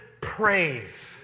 praise